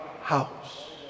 house